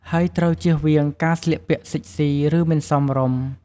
ហើយត្រូវជៀសវាងការស្លៀកពាក់សិចស៊ី ឬមិនសមរម្យ។